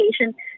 education